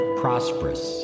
prosperous